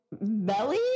belly